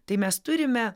tai mes turime